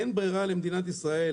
אין ברירה למדינת ישראל,